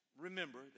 remember